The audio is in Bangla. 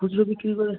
খুচরো বিক্রি করে